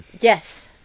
Yes